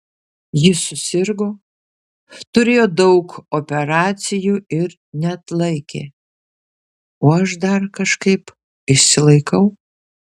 ji susirgo turėjo daug operacijų ir neatlaikė o aš dar kažkaip išsilaikau